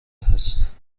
است